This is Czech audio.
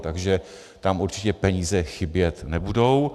Takže tam určitě peníze chybět nebudou.